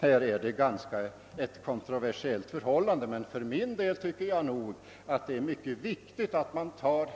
Härvidlag föreligger kontroversiella ståndpunkter, men jag tycker att det är mycket viktigt att man tar